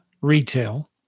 retail